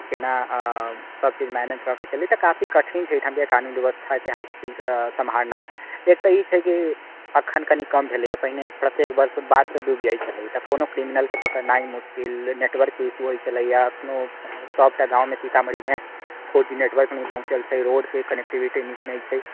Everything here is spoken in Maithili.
केना सभचीज मैनेज कऽ कऽ चलि तऽ काफी कठिन छै एहिठामके कानून व्यवस्थाके हासिल सम्हारनाइ एक तऽ ई छै कि अखन कनि कम भेलैए पहिने प्रत्येक वर्ष बाढ़सँ डूबि जाइत छलै तऽ कोनो क्रिमिनलके पकड़नाइ मुश्किल नेटवर्क इशू होइत छलैए अखनो सभटा गाँवमे सीतामढ़ीमे फोर जी नेटवर्क नहि पहुँचल छै रोडके कनेक्टिविटी नीक नहि छै